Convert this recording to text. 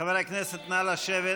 חברי הכנסת, נא לשבת.